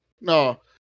No